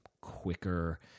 quicker